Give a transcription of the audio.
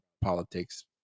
politics